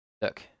Look